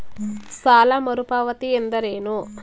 ಸಾಲ ಮರುಪಾವತಿ ಎಂದರೇನು?